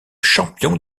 champion